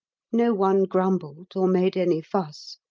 no one grumbled or made any fuss.